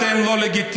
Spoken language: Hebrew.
אתם לא לגיטימיים,